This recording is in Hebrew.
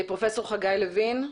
פרופ' חגי לוין.